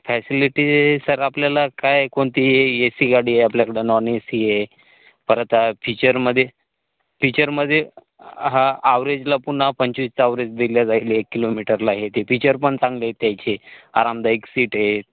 facility sir आपल्याला काय कोणती ए सी गाडी आहे आपल्याकडं नॉन ए सी आहे परत फीचरमध्ये फीचरमध्ये हा आवरेजला पुन्हा पंचवीसचा आवरेज दिल्या जाईल एक किलोमीटरला आहे ते फीचर पण चांगले त्याचे आरामदायक सीट आहे